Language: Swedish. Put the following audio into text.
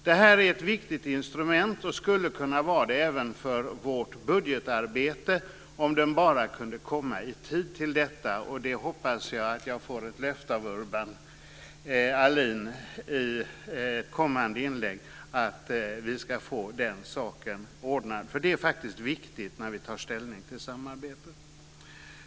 Den är ett viktigt instrument och skulle kunna vara det även för vårt budgetarbete om den bara kunde komma i tid till det. Jag hoppas att jag får ett löfte av Urban Ahlin i kommande inlägg om att vi ska få den saken ordnad. Detta är faktiskt viktigt när vi tar ställning till samarbete.